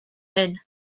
hyn